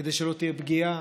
כדי שלא תהיה פגיעה,